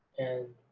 and